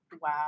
Wow